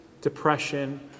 depression